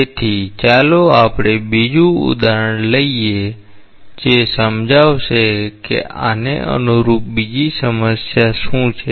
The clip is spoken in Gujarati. તેથી ચાલો આપણે બીજું ઉદાહરણ લઈએ જે સમજાવશે કે આને અનુરૂપ બીજી સમસ્યા શું છે